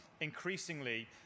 increasingly